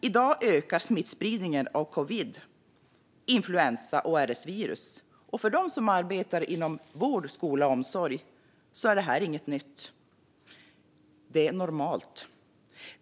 I dag ökar smittspridningen när det gäller covid, influensa och RS-virus och för dem som arbetar inom vård, skola, omsorg är detta inget nytt. Det är normalt.